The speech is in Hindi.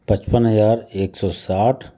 पचपन हजार एक सौ साठ